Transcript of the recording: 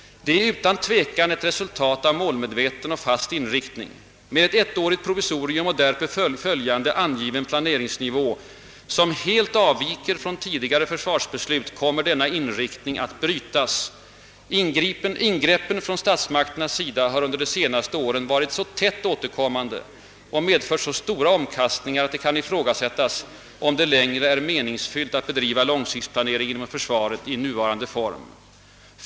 Det är utan tvekan ett resultat av målmedveten och fast inriktning. Med ett ettårigt provisorium och därpå följande angiven planeringsnivå som helt avviker från tidigare försvarsbeslut kommer denna inriktning att brytas. Ingreppen från statsmakternas sida har under de senaste åren varit så tätt återkommande och medfört så stora omkastningar att det kan ifrågasättas om det längre är meningsfullt att bedriva långsiktsplanering inom försvaret i nuvarande form.